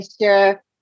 sure